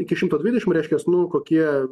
iki šimto dvidešims reiškias nu kokio